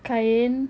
kain